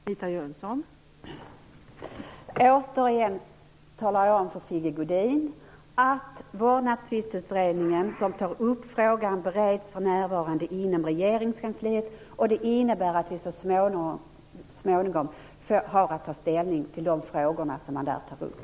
Fru talman! Jag talar återigen om för Sigge Godin att Vårdnadstvistutredningen, som tar upp frågan, för närvarande bereds inom Regeringskansliet. Det innebär att vi så småningom har att ta ställning till de frågor man där tar upp.